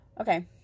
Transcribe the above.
okay